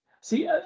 See